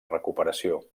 recuperació